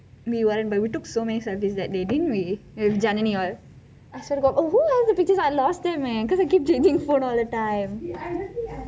we weren't but we took so many selfies with janani that day didn't we with janani all who else is in the pictures I lost them eh because I keep changing phone all the time